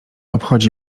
obchodzi